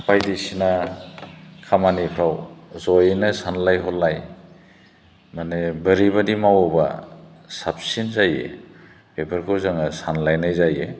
बायदिसिना खामानिफोराव ज'यैनो सानलाय हलाय माने बोरैबादि मावोबा साबसिन जायो बेफोरखौ जोङो सानलायनाय जायो